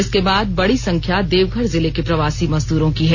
इसके बाद बड़ी संख्या देवघर जिले के प्रवासी मजदूरों की है